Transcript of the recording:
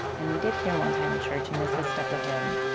and we did hear one time and church, and this has stuck with him,